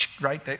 Right